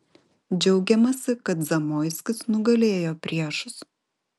džiaugiamasi kad zamoiskis nugalėjo priešus